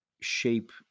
shape